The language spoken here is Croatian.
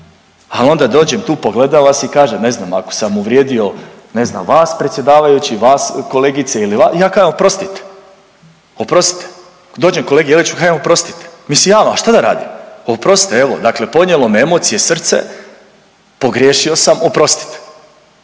al onda dođem tu, pogledam vas i kažem ne znam ako sam uvrijedio ne znam vas predsjedavajući, vas kolegice ili vas ja kažem oprostite, oprostite. Dođem kolegi …/Govornik se ne razumije./… kažem oprostite, mislim ja vam, a šta da radim, oprostite evo, dakle ponijelo me emocije, srce, pogriješio sam, oprostite.